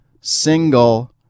single